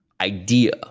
idea